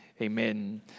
Amen